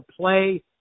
play